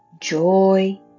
joy